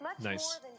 Nice